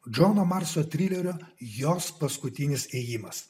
džono marso trilerio jos paskutinis ėjimas